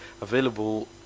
Available